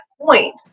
point